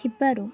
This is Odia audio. ଥିବାରୁ